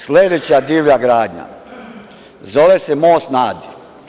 Sledeća divlja gradnja zove se Most na Adi.